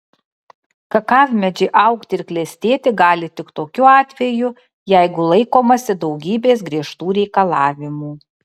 kakavmedžiai augti ir klestėti gali tik tokiu atveju jeigu laikomasi daugybės griežtų reikalavimų